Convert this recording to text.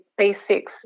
B6